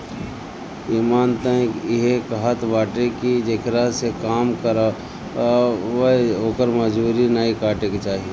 इमान तअ इहे कहत बाटे की जेकरा से काम करावअ ओकर मजूरी नाइ काटे के चाही